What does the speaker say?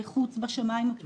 -- בשמיים הפתוחים.